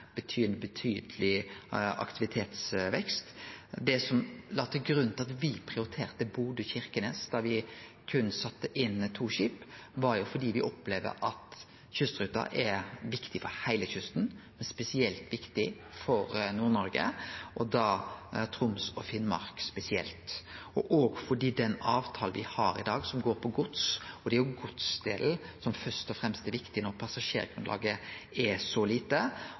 aktivitetsvekst. Det som låg til grunn for at vi prioriterte Bodø –Kirkenes da vi berre sette inn to skip, var at me opplever at kystruta er viktig for heile kysten, men spesielt viktig for Nord-Norge, og da for Troms og Finnmark spesielt – og òg på grunn av den avtalen me har i dag som går på gods. Det er jo godsdelen som først og fremst er viktig når passasjergrunnlaget er så lite,